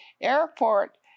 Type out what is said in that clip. airport